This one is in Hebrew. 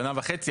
שנה וחצי,